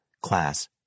Class